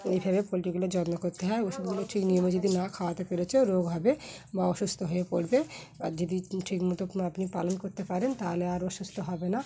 এইভাবে পোলট্রিগুলো যত্ন করতে হয় ওষুধগুলো ঠিক নিয়মে যদি না খাওয়াতে পেরেছে রোগ হবে বা অসুস্থ হয়ে পড়বে আর যদি ঠিকমতো আপনি পালন করতে পারেন তাহলে আর অসুস্থ হবে না